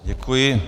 Děkuji.